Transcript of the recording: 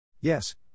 Yes